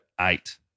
eight